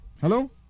Hello